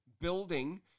building